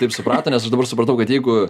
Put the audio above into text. taip suprato nes aš dabar supratau kad jeigu